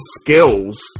skills